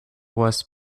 was